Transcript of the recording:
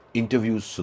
interviews